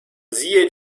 siehe